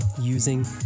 using